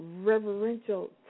reverential